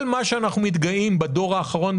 כל מה שאנחנו מתגאים בדור האחרון,